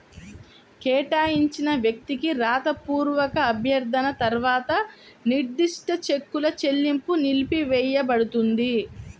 కేటాయించిన వ్యక్తికి రాతపూర్వక అభ్యర్థన తర్వాత నిర్దిష్ట చెక్కుల చెల్లింపు నిలిపివేయపడుతుంది